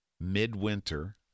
midwinter